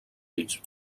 ells